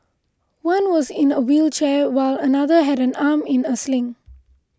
one was in a wheelchair while another had an arm in a sling